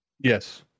Yes